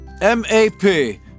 M-A-P